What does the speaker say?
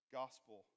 gospel